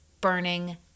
burning